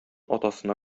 атасына